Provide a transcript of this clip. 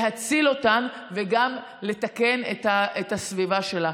להציל אותה וגם לתקן את הסביבה שלה.